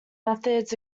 methods